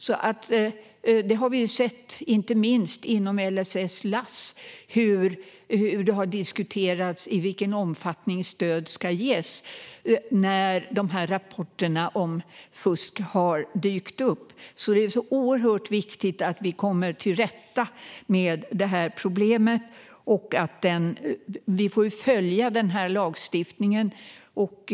Vi har sett, inte minst inom LSS och LASS, att det har diskuterats i vilken omfattning stöd ska ges när rapporterna om fusk har dykt upp. Det är oerhört viktigt att vi kommer till rätta med detta problem. Vi får följa lagstiftningen.